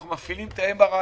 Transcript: מפעילים את ה-MRI